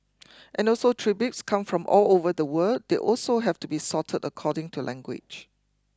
and also tributes come from all over the world they also have to be sorted according to language